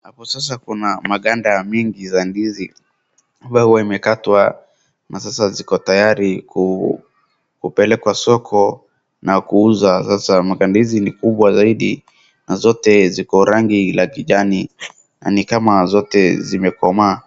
Hapo sasa kuna maganda mingi za ndizi ambayo huwa imekatwa na sasa ziko tayari kupelekwa soko na kuuzwa. Magandizi ni kubwa zaidi na zote ziko rangi la kijani na ni kama zote zimekomaa.